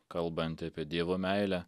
kalbantį apie dievo meilę